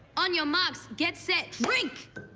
on your marks, get set, drink.